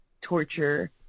torture